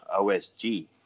OSG